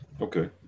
okay